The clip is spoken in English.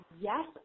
Yes